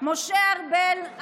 משה ארבל,